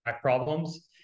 problems